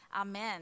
Amen